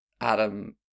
Adam